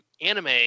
anime